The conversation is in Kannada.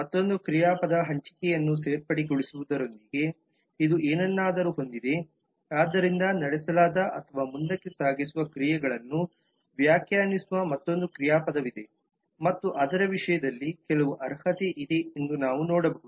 ಮತ್ತೊಂದು ಕ್ರಿಯಾಪದ ಹಂಚಿಕೆಯನ್ನು ಸೇರ್ಪಡೆಗೊಳಿಸುವುದರೊಂದಿಗೆ ಇದು ಏನನ್ನಾದರೂ ಹೊಂದಿದೆಆದ್ದರಿಂದ ನಡೆಸಲಾದ ಅಥವಾ ಮುಂದಕ್ಕೆ ಸಾಗಿಸುವ ಕ್ರಿಯೆಗಳನ್ನು ವ್ಯಾಖ್ಯಾನಿಸುವ ಮತ್ತೊಂದು ಕ್ರಿಯಾಪದವಿದೆಮತ್ತು ಅದರ ವಿಷಯದಲ್ಲಿ ಕೆಲವು ಅರ್ಹತೆ ಇದೆ ಎಂದು ನಾವು ನೋಡಬಹುದು